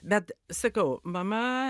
bet sakau mama